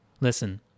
Listen